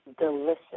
delicious